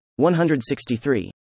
163